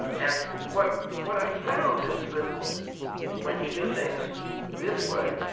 and what what i found is that when you do things this way,